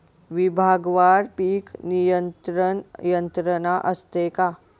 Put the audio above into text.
विभागवार पीक नियंत्रण यंत्रणा असते का?